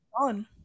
on